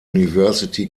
university